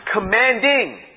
Commanding